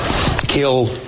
kill